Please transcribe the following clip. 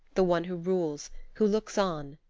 the one who rules, who looks on,